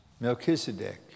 Melchizedek